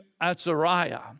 Azariah